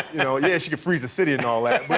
you know yeah she can freeze the city and all that.